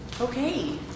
Okay